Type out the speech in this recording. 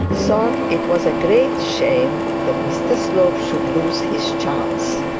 thought it was a great shame that mr slope should lose his chance.